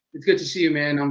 it's good to see you man. um